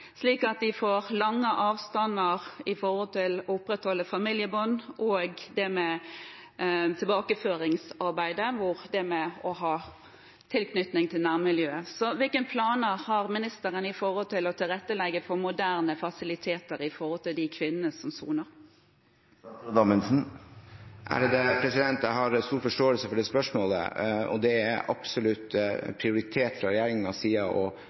får de lange avstander med tanke på å opprettholde familiebånd og når det gjelder tilbakeføringsarbeidet og det å ha tilknytning til nærmiljøet. Hvilke planer har ministeren med hensyn til å tilrettelegge for moderne fasiliteter for de kvinnene som soner? Jeg har stor forståelse for det spørsmålet. Det er absolutt prioritert fra regjeringens side å